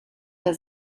der